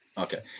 Okay